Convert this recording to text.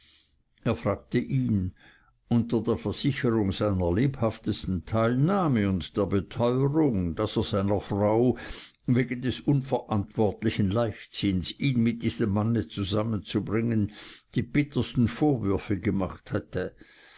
er fragte ihn unter der versicherung seiner lebhaftesten teilnahme und der beteurung daß er seiner frau wegen des unverantwortlichen leichtsinns ihn mit diesem mann zusammenzubringen die bittersten vorwürfe gemacht hätte